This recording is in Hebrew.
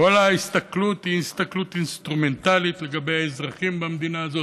כל ההסתכלות היא הסתכלות אינסטרומנטלית לגבי האזרחים במדינה הזאת.